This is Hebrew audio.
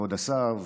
כבוד השר,